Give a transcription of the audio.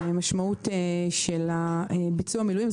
המשמעות של ביצוע המילואים,